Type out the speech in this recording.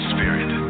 Spirit